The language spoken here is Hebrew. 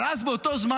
אבל אז באותו זמן,